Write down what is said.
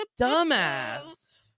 dumbass